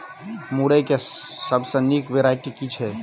मुरई केँ सबसँ निक वैरायटी केँ छै?